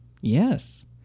Yes